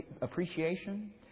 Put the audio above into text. appreciation